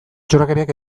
txorakeriak